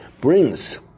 brings